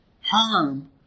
harm